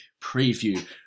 preview